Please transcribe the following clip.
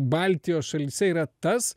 baltijos šalyse yra tas